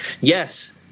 Yes